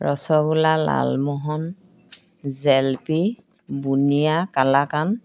ৰসগোলা লালমোহন জেল্পী বুনিয়া কালাকান